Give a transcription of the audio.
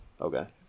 Okay